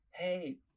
hey